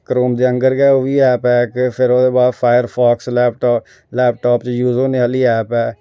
chrome आंगर बी ओह् बी ऐप ऐ इक सिर्फ लैपटाप च ही यूज होने आह्ली ऐप ऐ